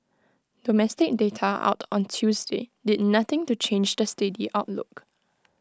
domestic data out on Tuesday did nothing to change the steady outlook